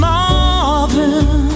Marvin